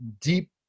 deep